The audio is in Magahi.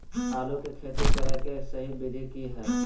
आलू के खेती करें के सही विधि की हय?